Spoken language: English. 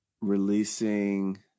releasing